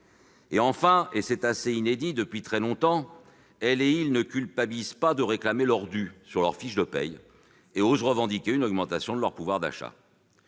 ». Enfin, et c'est assez inédit, ces Français ne culpabilisent pas de réclamer leur dû sur leur fiche de paie et osent revendiquer une augmentation de leur pouvoir d'achat.